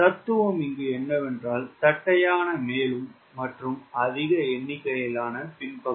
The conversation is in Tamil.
தத்துவம் என்னவென்றால் தட்டையான மேல் மற்றும் அதிக எண்ணிக்கையிலான பின் பகுதி